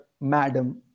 madam